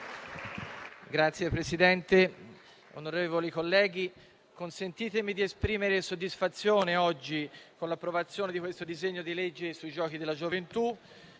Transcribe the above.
Signor Presidente, onorevoli colleghi, consentitemi di esprimere soddisfazione oggi per l'approvazione di questo disegno di legge sui Giochi della gioventù.